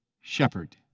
shepherd